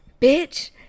bitch